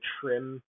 trim